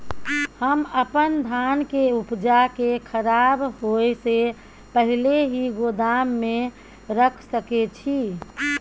हम अपन धान के उपजा के खराब होय से पहिले ही गोदाम में रख सके छी?